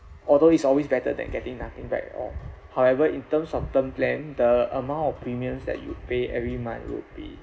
although it's always better than getting nothing back or however in terms of term plan the amount of premiums that you pay every month will be